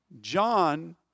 John